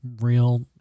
real